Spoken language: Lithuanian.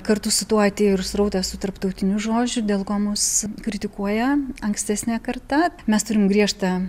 kartu su tuo atėjo ir srautas tų tarptautinių žodžių dėl ko mus kritikuoja ankstesnė karta mes turim griežtą